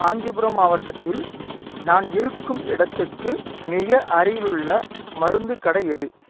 காஞ்சிபுரம் மாவட்டத்தில் நான் இருக்கும் இடத்துக்கு மிக அருகிலுள்ள மருந்துக் கடை எது